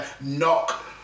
knock